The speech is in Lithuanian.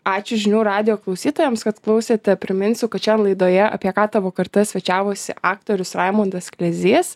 ačiū žinių radijo klausytojams kad klausėte priminsiu kad šian laidoje apie ką tavo karta svečiavosi aktorius raimundas klezys